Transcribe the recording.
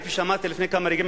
כפי שאמרתי לפני כמה רגעים,